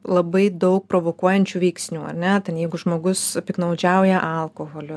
labai daug provokuojančių veiksnių ar ne ten jeigu žmogus piktnaudžiauja alkoholiu